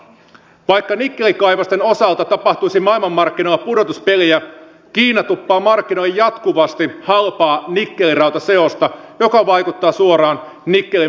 vaikka nikkelikaivosten osalta tapahtuisi maailmanmarkkinoilla pudotuspeliä kiina tuppaa markkinoille jatkuvasti halpaa nikkeli rautaseosta mikä vaikuttaa suoraan nikkelin maailmanmarkkinahintaan